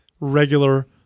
regular